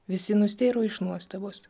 visi nustėro iš nuostabos